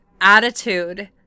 attitude